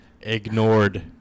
ignored